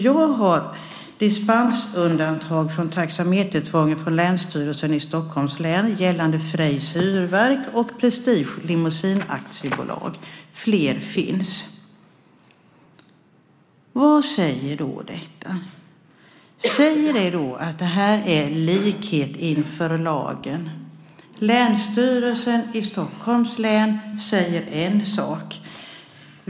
Jag har dispensundantag från taxametertvång ifrån Länsstyrelsen i Stockholms län gällande Freys Hyrverk och Prestige Limousine AB, och fler finns. Vad säger då detta? Säger det att detta är likhet inför lagen? Länsstyrelsen i Stockholms län säger en sak.